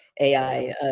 AI